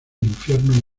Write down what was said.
infierno